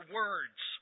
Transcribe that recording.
words